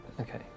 Okay